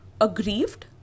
Aggrieved